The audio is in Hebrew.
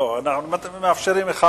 לא, מאפשרים אחד.